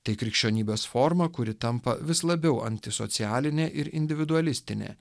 tai krikščionybės forma kuri tampa vis labiau antisocialinė ir individualistinė